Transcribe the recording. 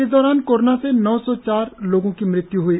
इस दौरान कोरोना से नौ सौ चार लोगों की मृत्यु ह्ई